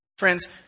Friends